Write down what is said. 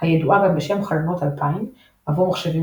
הידועה גם בשם חלונות 2000 עבור מחשבים